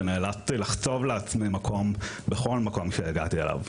ונאלצתי לחצוב לעצמי מקום בכל מקום שהגעתי אליו.